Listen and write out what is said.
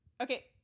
Okay